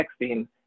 texting